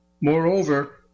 Moreover